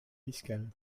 fiscal